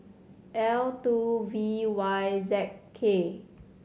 L two V Y Z K